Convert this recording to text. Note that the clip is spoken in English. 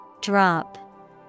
Drop